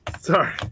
Sorry